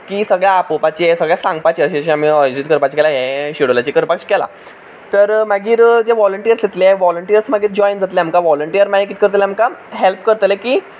की सगळ्यांक आपोवपाचें सगळ्यांक सांगपाचें अशें अशें आमी आयोजीत करपाचें केलां हें शेड्युलाचेर करपाक अशें केलां तर मागीर जे व्हॉलंटियर्स येतले व्हॉलंटियर्स मागीर जॉयन जातले आमकां व्हॉलंटियर मागीर कित करतले आमकां हेल्प करतले की